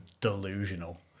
delusional